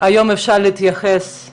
רק להגיד את הכותרת.